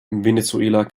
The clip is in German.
venezuela